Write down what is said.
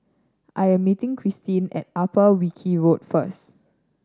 I am meeting Cristin at Upper Wilkie Road first